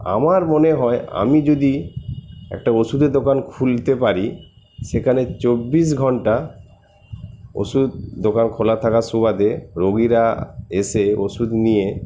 আমার মনে হয় আমি যদি একটা ওষুধের দোকান খুলতে পারি সেখানে চব্বিশ ঘন্টা ওষুধের দোকান খোলা থাকার সুবাদে রোগীরা এসে ওষুধ নিয়ে